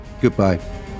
Goodbye